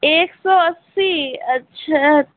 एक सौ अस्सी अच्छा